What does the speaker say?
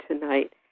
tonight